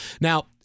Now